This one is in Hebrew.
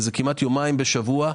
כמעט יומיים בשבוע,